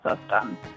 system